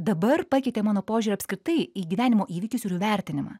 dabar pakeitė mano požiūrį apskritai į gyvenimo įvykius ir jų vertinimą